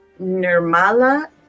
Nirmala